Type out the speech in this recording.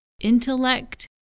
intellect